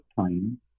time